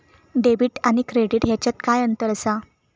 Debit आणि credit ह्याच्यात काय अंतर असा?